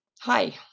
Hi